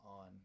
on